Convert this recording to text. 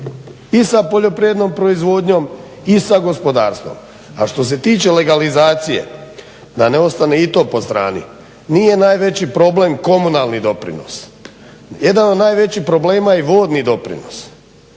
i sa poljoprivrednom proizvodnjom i sa gospodarstvom. A što se tiče legalizacije da ne ostane i to po strani. Nije najveći problem komunalni doprinos. Jedan od najvećih problema je vodni doprinos